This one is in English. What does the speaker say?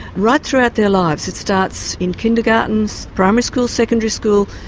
right throughout their lives. it starts in kindergarten, primary school, secondary school,